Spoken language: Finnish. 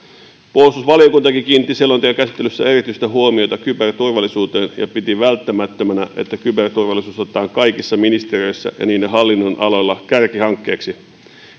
puolustusvaliokuntakin kiinnitti selonteon käsittelyssä erityistä huomiota kyberturvallisuuteen ja piti välttämättömänä että kyberturvallisuus otetaan kaikissa ministeriöissä ja niiden hallinnonaloilla kärkihankkeeksi